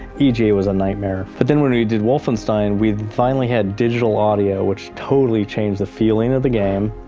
ega was a nightmare. but then when we did wolfestein, we finally had digital audio, which totally changed the feeling of the game.